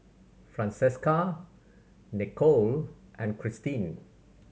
Francesca Nichole and Christine